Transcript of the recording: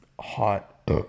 hot